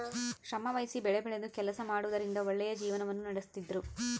ಶ್ರಮವಹಿಸಿ ಬೆಳೆಬೆಳೆದು ಕೆಲಸ ಮಾಡುವುದರಿಂದ ಒಳ್ಳೆಯ ಜೀವನವನ್ನ ನಡಿಸ್ತಿದ್ರು